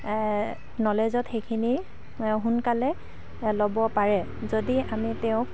নলেজত সেইখিনি সোনকালে ল'ব পাৰে যদি আমি তেওঁক